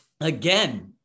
again